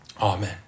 Amen